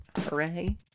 hooray